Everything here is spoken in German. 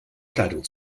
kleidung